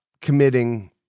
committing